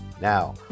Now